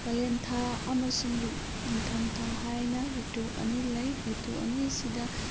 ꯀꯥꯂꯦꯟꯊꯥ ꯑꯃꯁꯨꯡ ꯅꯤꯡꯊꯝꯊꯥ ꯍꯥꯏꯅ ꯔꯤꯇꯨ ꯑꯅꯤ ꯂꯩ ꯔꯤꯇꯨ ꯑꯅꯤꯁꯤꯗ